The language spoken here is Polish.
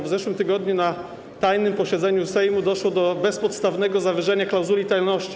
W zeszłym tygodniu na tajnym posiedzeniu Sejmu doszło do bezpodstawnego zawyżenia klauzuli tajności.